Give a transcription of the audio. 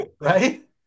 Right